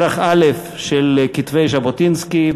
את כרך א' של כתבי ז'בוטינסקי,